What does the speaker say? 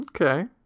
Okay